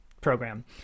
program